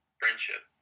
friendship